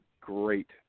great